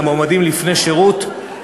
למועמדים לפני שירות,